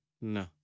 No